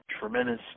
tremendous